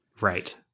right